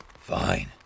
Fine